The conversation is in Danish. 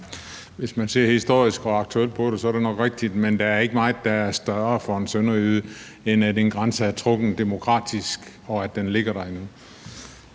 Hvis man ser historisk og aktuelt på det, så er det nok rigtigt, men der er ikke meget, der er større for en sønderjyde, end at en grænse er trukket demokratisk, og at den ligger der endnu.